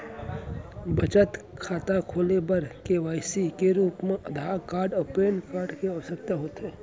बचत खाता खोले बर के.वाइ.सी के रूप मा आधार कार्ड अऊ पैन कार्ड के आवसकता होथे